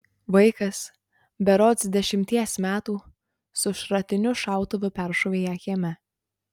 vaikas berods dešimties metų su šratiniu šautuvu peršovė ją kieme